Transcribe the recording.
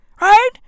right